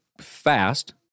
fast